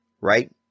Right